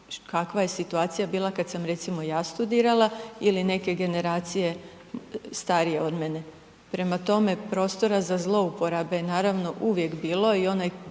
kakva je situacija bila kad sam recimo ja studirala ili neke generacije starije od mene. Prema tome, prostora za zlouporabe je naravno uvijek bilo i onaj